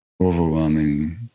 overwhelming